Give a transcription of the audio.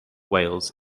wales